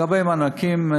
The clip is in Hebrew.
לגבי מענקים,